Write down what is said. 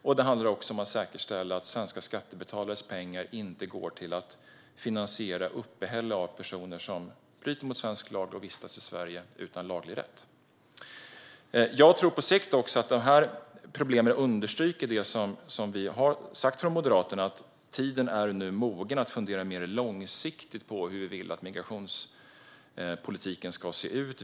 Slutligen handlar det om att säkerställa att svenska skattebetalares pengar inte går till att finansiera uppehället för personer som bryter mot svensk lag och vistas i Sverige utan laglig rätt. Jag tror på sikt att problemen understryker det som vi har sagt från Moderaterna. Tiden är nu mogen att fundera mer långsiktigt på hur migrationspolitiken ska se ut.